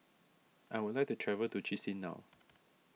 I would like to travel to Chisinau